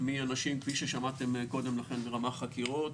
כפי ששמעתם קודם לכן מרמ"ח חקירות,